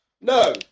No